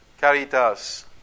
Caritas